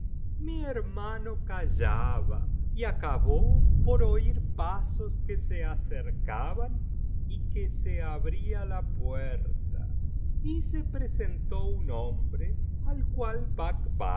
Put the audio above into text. mi hermano callaba y acabó por oir pasos que se acercaban y que se abría la puerta y se presentó un hombre al cual